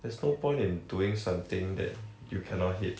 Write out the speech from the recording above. there's no point in doing something that you cannot hit